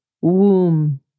womb